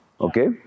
okay